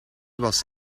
was